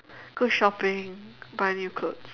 go shopping buy new clothes